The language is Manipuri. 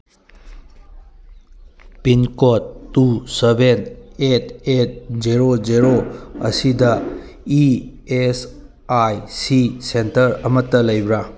pin code two seven eight eight zero zero ꯑꯁꯤꯗ E S I C centre ꯑꯃꯇ ꯂꯩꯕ꯭ꯔꯥ